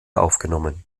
aufgenommen